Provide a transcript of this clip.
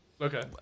Okay